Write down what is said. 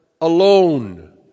alone